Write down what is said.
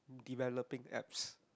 developing apps